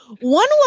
One